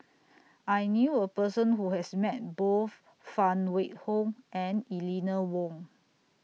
I knew A Person Who has Met Both Phan Wait Hong and Eleanor Wong